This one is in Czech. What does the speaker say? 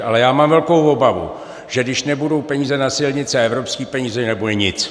Ale já mám velkou obavu, že když nebudou peníze na silnice a evropské peníze, že nebude nic.